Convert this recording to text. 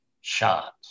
shot